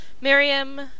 Miriam